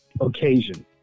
occasion